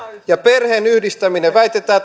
ja perheenyhdistäminen väitetään